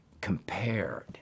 compared